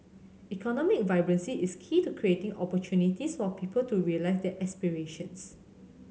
economic vibrancy is key to creating opportunities for people to realise their aspirations